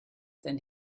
than